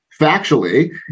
factually